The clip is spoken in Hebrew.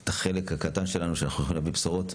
ואת החלק הקטן שלנו שאנחנו יכולים להביא בשורות,